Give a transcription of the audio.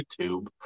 YouTube